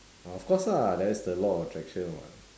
ah of course lah there's the law of attraction [what]